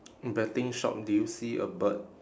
betting shop do you see a bird